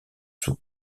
sous